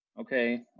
okay